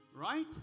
right